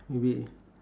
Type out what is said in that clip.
maybe